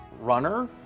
runner